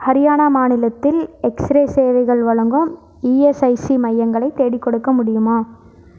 ஹரியானா மாநிலத்தில் எக்ஸ்ரே சேவைகள் வழங்கும் இஎஸ்ஐசி மையங்களை தேடிக்கொடுக்க முடியுமா